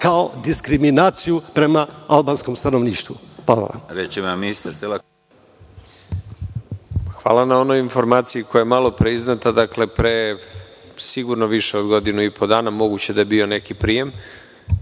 kao diskriminaciju prema albanskom stanovništvu. Hvala vam.